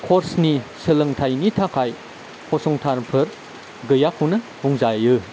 कर्सनि सोलोंथाइनि थाखाय फसंथानफोर गैयाखौनो बुंजायो